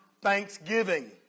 thanksgiving